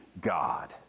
God